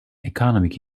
economic